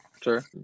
Sure